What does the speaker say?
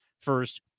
first